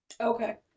Okay